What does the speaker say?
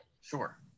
Sure